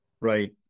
Right